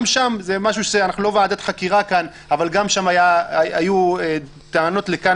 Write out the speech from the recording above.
גם שם זה משהו אנחנו לא ועדת חקירה כאן אבל גם שם היו טענות לכאן